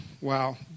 Wow